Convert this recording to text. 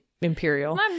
imperial